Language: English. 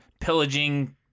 pillaging